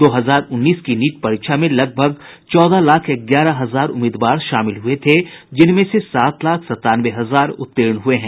दो हजार उन्नीस की नीट परीक्षा में करीब चौदह लाख ग्यारह हजार उम्मीदवार शामिल हुए थे जिनमें से सात लाख संतानवे हजार उत्तीर्ण हुए हैं